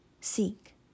Seek